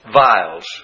vials